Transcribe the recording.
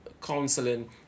counseling